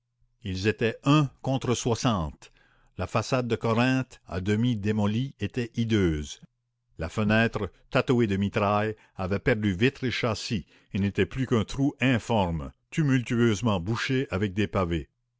ils étaient un contre soixante la façade de corinthe à demi démolie était hideuse la fenêtre tatouée de mitraille avait perdu vitres et châssis et n'était plus qu'un trou informe tumultueusement bouché avec des pavés